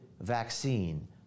vaccine